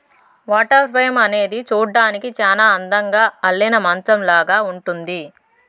water frame అనేది చూడ్డానికి చానా అందంగా అల్లిన మంచాలాగా ఉంటుంది